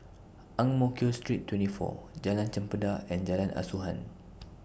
Ang Mo Kio Street twenty four Jalan Chempedak and Jalan Asuhan